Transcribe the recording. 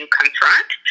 confront